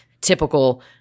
typical